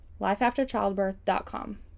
Lifeafterchildbirth.com